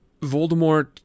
Voldemort